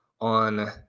on